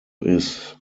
his